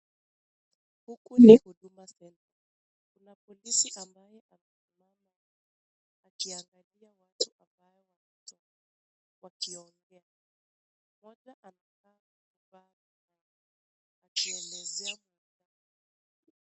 Huku ni huduma Centre, kuna polisi ambaye amesimama akiangalia watu ambaye wameti wakiongea ,mmoja amevaa miwani akielezea.